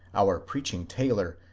our preaching tailor,